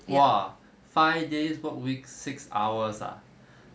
!wah! five days work week six hours ah